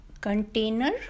container